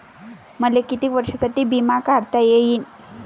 मले कितीक वर्षासाठी बिमा काढता येईन?